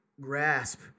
grasp